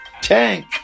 tank